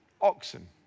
oxen